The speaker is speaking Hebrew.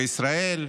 בישראל,